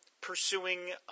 pursuing